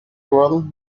well